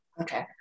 Okay